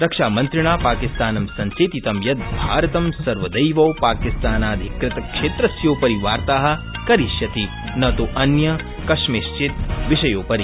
रक्षामन्त्रिणा पाकिस्तानं संचेतितं यत् भारतं सर्वदैव पाकिस्तानाधिकृत क्षेत्रस्योपरि वार्ता करिष्यति न त् अन्य कास्मिंचित् विषयोपरि